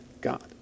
God